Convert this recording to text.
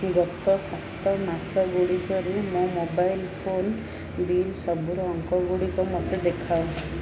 ଗତ ସାତ ମାସ ଗୁଡ଼ିକରୁ ମୋ ମୋବାଇଲ ଫୋନ ବିଲ୍ ସବୁର ଅଙ୍କ ଗୁଡ଼ିକ ମୋତେ ଦେଖାଅ